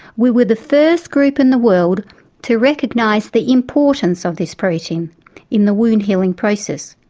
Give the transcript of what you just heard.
we were the first group in the world to recognise the importance of this protein in the wound healing process.